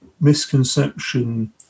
misconception